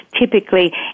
typically